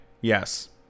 Yes